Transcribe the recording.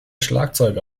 schlagzeuger